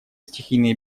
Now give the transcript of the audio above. стихийные